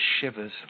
shivers